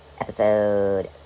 episode